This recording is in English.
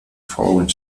following